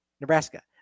Nebraska